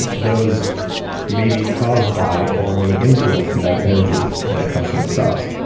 those may be caused by, or may influence the amount of energy that comes from the cells.